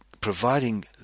providing